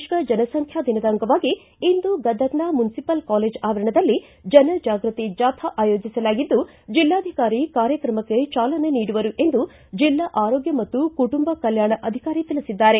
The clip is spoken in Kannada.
ವಿಶ್ವ ಜನಸಂಖ್ಯಾ ದಿನದ ಅಂಗವಾಗಿ ಇಂದು ಗದಗ್ನ ಮುನ್ಲಿಪಲ್ ಕಾಲೇಜ್ ಆವರಣದಲ್ಲಿ ಜನಜಾಗೃತಿ ಜಾಥಾ ಆಯೋಜಿಸಲಾಗಿದ್ದು ಜಿಲ್ಲಾಧಿಕಾರಿ ಕಾರ್ಯಕ್ರಮಕ್ಕೆ ಚಾಲನೆ ನೀಡುವರು ಎಂದು ಜಿಲ್ಲಾ ಆರೋಗ್ಡ ಮತ್ತು ಕುಟುಂಬ ಕಲ್ಕಾಣ ಅಧಿಕಾರಿ ತಿಳಿಸಿದ್ದಾರೆ